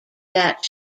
that